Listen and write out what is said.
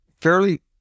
fairly